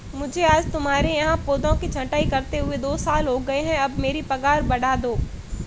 मुझे आज तुम्हारे यहाँ पौधों की छंटाई करते हुए दो साल हो गए है अब मेरी पगार बढ़ा दो